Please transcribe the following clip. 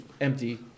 empty